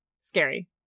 scary